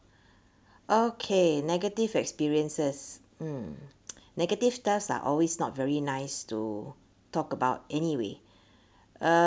okay negative experiences hmm negative stuff are always not very nice to talk about anyway uh